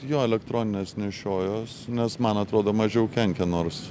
jo elektronines nešiojuos nes man atrodo mažiau kenkia nors